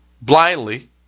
blindly